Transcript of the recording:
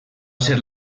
ser